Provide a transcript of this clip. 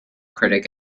critic